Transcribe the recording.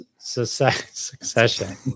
succession